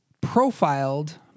profiled